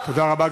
תודה רבה,